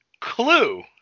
Clue